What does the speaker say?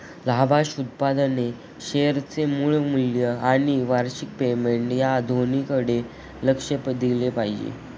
लाभांश उत्पन्नाने शेअरचे मूळ मूल्य आणि वार्षिक पेमेंट या दोन्हीकडे लक्ष दिले पाहिजे